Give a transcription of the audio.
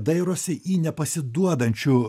dairosi į nepasiduodančių